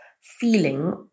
feeling